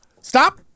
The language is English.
Stop